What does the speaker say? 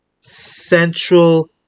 Central